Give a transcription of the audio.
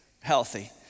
healthy